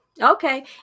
okay